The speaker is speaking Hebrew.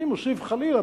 אני מוסיף: חלילה,